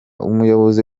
umuyobozi